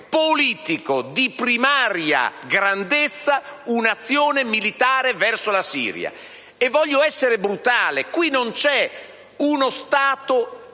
politico di primaria grandezza un'azione militare verso la Siria. E voglio essere brutale: qui non c'è uno Stato